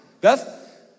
Beth